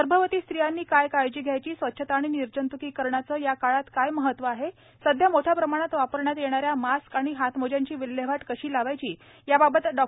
गर्भवती स्ट्रियांनी काय काळजी घ्यायची स्वच्छता आणि निर्जंत्कीकरणाचे या काळात काय महत्त्व आहे सध्या मोठ्या प्रमाणात वापरण्यात येणाऱ्या मास्क आणि हातमोज्यांची विल्हेवाट कशी लावायची याबाबत डॉ